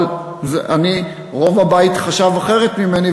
אבל רוב הבית חשב אחרת ממני,